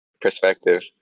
perspective